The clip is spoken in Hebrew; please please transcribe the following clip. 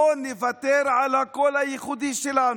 לא נוותר על הקול הייחודי שלנו.